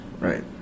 Right